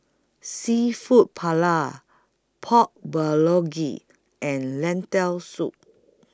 Seafood Paella Pork Bulgogi and Lentil Soup